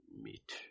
meet